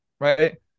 right